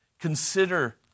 Consider